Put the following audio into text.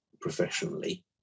professionally